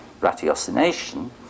ratiocination